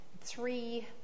three